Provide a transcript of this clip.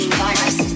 virus